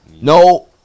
no